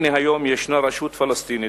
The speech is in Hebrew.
הנה היום יש רשות פלסטינית,